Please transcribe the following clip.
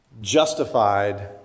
justified